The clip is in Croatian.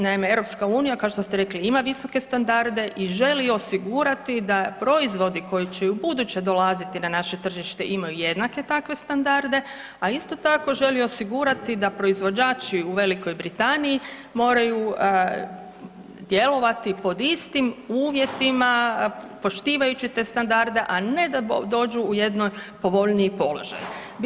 Naime, EU kao što ste rekli, ima visoke standarde i želi osigurati da proizvodi koji će i ubuduće dolaziti na naše tržište ima jednake takve standarde, a isto tako, želi osigurati da proizvođači u VB-u moraju djelovati pod istim uvjetima, poštivajući te standarde, a ne da dođu u jedan povoljniji položaj.